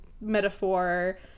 metaphor